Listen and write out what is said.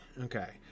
okay